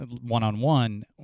one-on-one